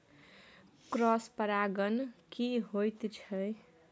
Cross परागण की होयत छै?